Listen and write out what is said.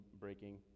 breaking